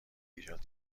ایجاد